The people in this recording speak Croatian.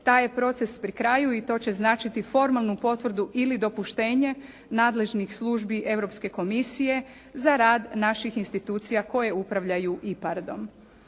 Taj je proces pri kraju i to će značiti formalnu potvrdu ili dopuštenje nadležnih službi Europske komisije za rad naših institucija koje upravljaju IPARD-om.